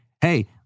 hey